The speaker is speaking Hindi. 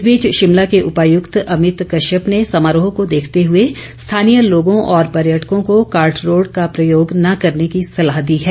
इस बीच शिमला के उपायुक्त अभित कश्यप ने समारोह को देखते हुए स्थानीय लोगों और पर्यटकों को कार्ट रोड प्रयोग में न लाने की सलाह दी है